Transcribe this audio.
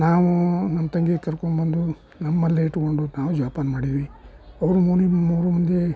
ನಾವು ನಮ್ಮ ತಂಗಿ ಕರ್ಕೊಂಡ್ ಬಂದು ನಮ್ಮಲ್ಲೇ ಇಟ್ಟುಕೊಂಡು ನಾವು ಜೋಪಾನ ಮಾಡೀವಿ ಅವರು ಮೂರೂ ಮಂದಿ